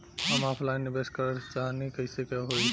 हम ऑफलाइन निवेस करलऽ चाह तनि कइसे होई?